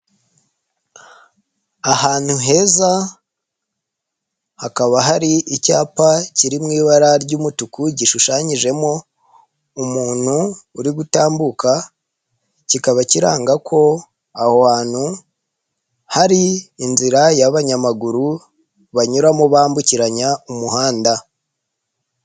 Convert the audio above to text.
Ahantu heza hakaba hari icyapa kiri mu ibara ry'umutuku gishushanyijemo umuntu uri gutambuka, kikaba kiranga ko aho hantu hari inzira y'abanyamaguru banyuramo bambukiranya umuhanda.